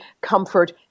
comfort